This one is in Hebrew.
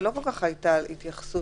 והאמת שלא כל כך הייתה לזה התייחסות.